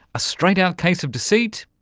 a straight out case of deceit?